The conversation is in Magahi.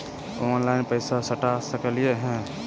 ऑनलाइन पैसा सटा सकलिय है?